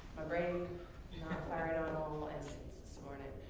ah brain's not firing on all engines this morning.